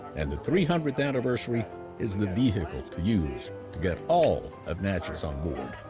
and the three hundredth anniversary is the vehicle to use to get all of natchez on board.